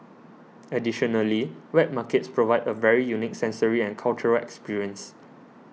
additionally wet markets provide a very unique sensory and cultural experience